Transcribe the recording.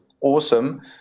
awesome